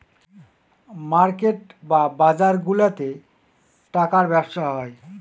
market বা বাজারগুলাতে টাকার ব্যবসা হয়